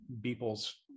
Beeple's